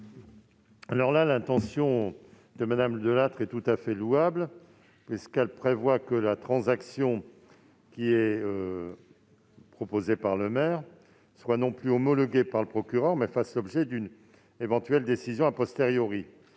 ? L'intention de Mme Delattre est tout à fait louable puisqu'elle suggère que la transaction qui est proposée par le maire ne soit plus homologuée par le procureur, mais fasse l'objet d'une éventuelle décision. Je